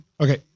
Okay